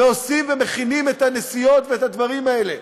עושים ומכינים את הנסיעות ואת הדברים האלה,